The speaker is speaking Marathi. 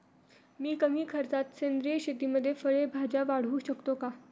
मी कमी खर्चात सेंद्रिय शेतीमध्ये फळे भाज्या वाढवू शकतो का?